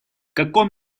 каком